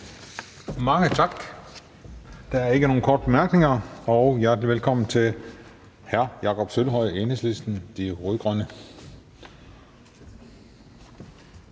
Mange tak. Der er ikke nogen korte bemærkninger. Hjertelig velkommen til hr. Jakob Sølvhøj, Enhedslisten – De Rød-Grønne.